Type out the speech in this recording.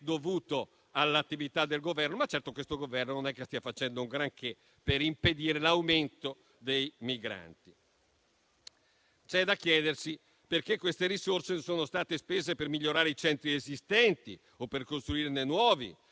dovuto all'attività dell'Esecutivo, ma certo questo Governo non sta facendo un granché per impedire l'aumento dei migranti. C'è da chiedersi perché queste risorse non siano state spese per migliorare i centri esistenti o per costruirne di nuovi,